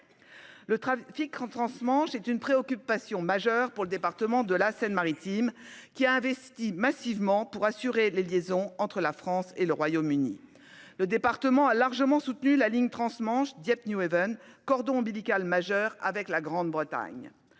Le trafic transmanche est une préoccupation majeure pour le département de la Seine-Maritime, qui a investi massivement pour assurer la liaison entre la France et le Royaume-Uni. Le département a largement soutenu la ligne transmanche Dieppe-Newhaven, cordon ombilical majeur avec la Grande-Bretagne.